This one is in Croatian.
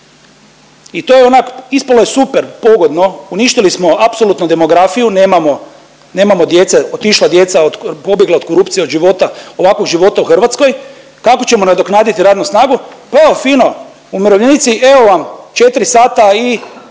i to je onak, ispalo je super, pogodno, uništili smo apsolutno demografiju, nemamo, nemamo djece, otišla djeca, pobjegla od korupcije, od života, ovakvog života u Hrvatskoj. Kako ćemo nadoknaditi radnu snagu? Pa evo fino, umirovljenici evo vam 4 sata i